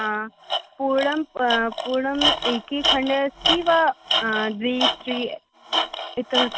पूर्णं पूर्णम् एकी खण्ड अस्ति वा द्वि त्रि इत्यौ